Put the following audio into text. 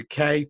UK